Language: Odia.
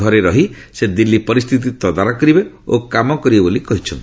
ଘରେ ରହି ସେ ଦିଲ୍ଲୀ ପରିସ୍ଥିତି ତଦାରଖ କରିବେ ଓ କାମ କରିବେ ବୋଲି କହିଚ୍ଛନ୍ତି